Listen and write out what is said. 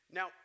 Now